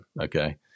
Okay